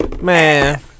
man